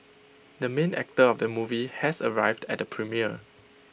the main actor of the movie has arrived at the premiere